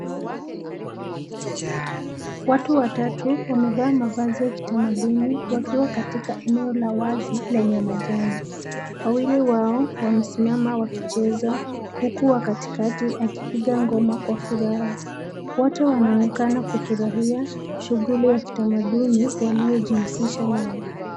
Watu watatu wamevaa mavazi ya kitamaduni wakiwa katika eneo la wazi lenye majani. Wawili wao wamesimama wakicheza huku wa katikati akipiga ngoma kwa furaha. Wote wanaonekana kufurahia shughuli ya kitamaduni waliojihusisha nayo.